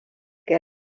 que